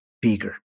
bigger